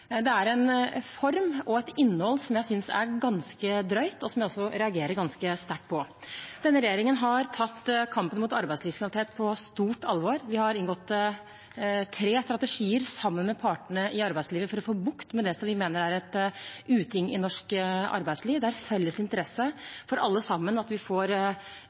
Det er en form og et innhold som jeg synes er ganske drøyt. Denne regjeringen har tatt kampen mot arbeidslivskriminalitet på stort alvor. Vi har inngått tre strategier sammen med partene i arbeidslivet for å få bukt med det som vi mener er en uting i norsk arbeidsliv. Det er en felles interesse hos alle sammen at vi får